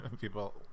people